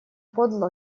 подло